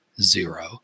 Zero